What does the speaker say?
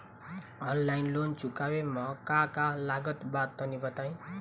Online loan चुकावे म का का लागत बा तनि बताई?